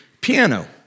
piano